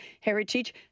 heritage